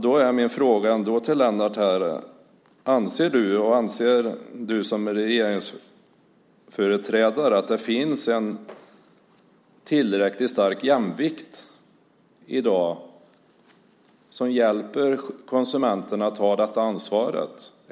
Då är min fråga till Lennart: Anser du som regeringsföreträdare att det finns en tillräckligt stark jämvikt i dag som hjälper konsumenterna att ta detta ansvar?